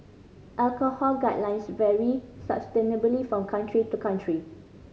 alcohol guidelines vary substantially from country to country